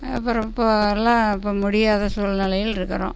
அப்புறம் இப்போ எல்லாம் இப்போ முடியாத சூழ்நிலையில் இருக்கிறோம்